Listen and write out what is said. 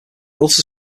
ulster